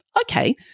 Okay